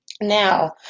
now